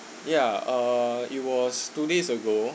yeah uh it was two days ago